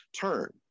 turn